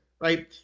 right